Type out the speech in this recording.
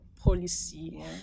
policy